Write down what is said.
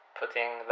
putting